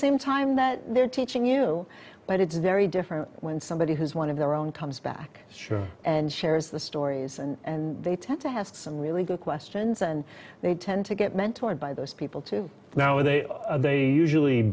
same time that they're teaching you but it's very different when somebody who's one of their own comes back sure and shares the stories and they tend to have some really good questions and they tend to get mentor and by those people to now with the usually